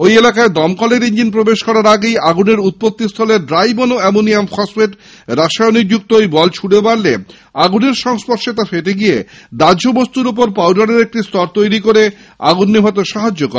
ঐ এলাকায় দমকলের ইঞ্জিন প্রবেশ করার আগেই আগুনের উৎপত্তিস্থলে ড্রাই মনো অ্যামোনিয়াম ফসফেট নামে রাসায়নিক যুক্ত ঐ বল ছুঁড়ে মারলে আগুনের সংস্পর্শে তা ফেটে গিয়ে দাহ্য বস্তুর উপরে পাউডারের একটি স্তর তৈরি করে আগুন নেভাতে সাহায্য করে